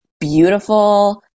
beautiful